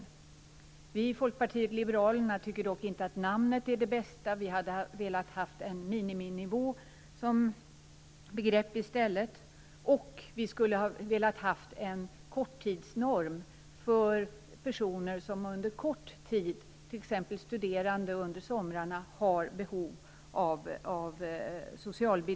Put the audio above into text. Vi i Folkpartiet liberalerna tycker dock inte att namnet är det bästa utan hade velat använda begreppet "miniminivå" i stället. Vi skulle också ha velat ha en korttidsnorm för personer som under kort tid har behov av socialbidrag, t.ex. studerande under somrarna.